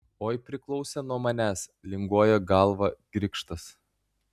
oi priklausė nuo manęs linguoja galvą grikštas